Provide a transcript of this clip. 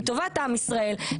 לטובת עם ישראל,